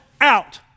out